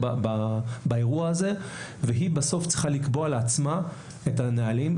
באירוע הזה והיא בסוף צריכה לקבוע לעצמה את הנהלים.